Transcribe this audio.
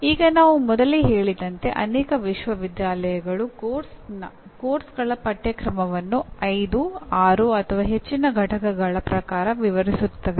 ಈಗ ನಾವು ಮೊದಲೇ ಹೇಳಿದಂತೆ ಅನೇಕ ವಿಶ್ವವಿದ್ಯಾಲಯಗಳು ಪಠ್ಯಕ್ರಮಗಳ ಪಠ್ಯಸೂಚಿಗಳನ್ನು 5 6 ಅಥವಾ ಹೆಚ್ಚಿನ ಪಠ್ಯಗಳ ಪ್ರಕಾರ ವಿವರಿಸುತ್ತವೆ